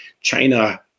China